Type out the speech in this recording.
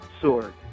sword